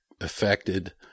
affected